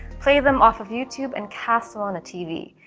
play them off of youtube and cast on a tv.